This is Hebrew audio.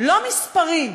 לא מספרים,